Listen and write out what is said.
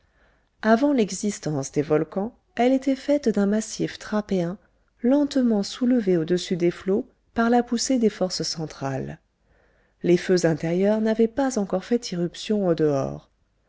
avant l'existence des volcans elle était faite d'un massif trappéen lentement soulevé au-dessus des flots par la poussée des forces centrales les feux intérieurs n'avaient pas encore fait irruption au dehors